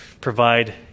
provide